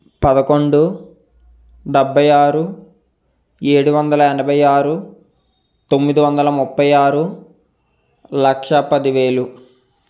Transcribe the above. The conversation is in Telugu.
పదకొండు డెబ్బై ఆరు ఏడు వందల ఎనభై ఆరు తొమ్మిది వందల ముప్పై ఆరు లక్షా పదివేలు